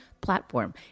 platform